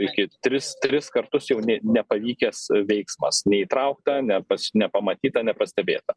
iki tris tris kartus jau ne nepavykęs veiksmas neįtraukta ne pas nepamatyta nepastebėta